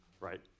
right